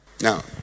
now